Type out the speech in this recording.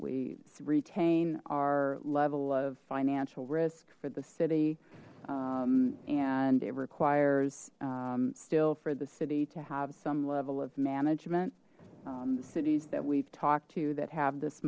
we retain our level of financial risk for the city and it requires still for the city to have some level of management the cities that we've talked to you that have this